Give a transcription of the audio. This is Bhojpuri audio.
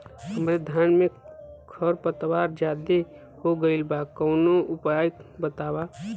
हमरे धान में खर पतवार ज्यादे हो गइल बा कवनो उपाय बतावा?